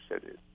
cities